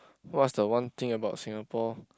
what's the one thing about Singapore